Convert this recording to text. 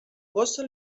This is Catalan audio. gossa